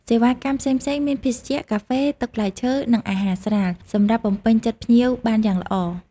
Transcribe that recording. សេវាកម្មផ្សេងៗ មានភេសជ្ជៈកាហ្វេ ទឹកផ្លែឈើ និងអាហារស្រាល សម្រាប់បំពេញចិត្តភ្ញៀវបានយ៉ាងល្អ។